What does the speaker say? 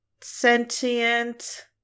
sentient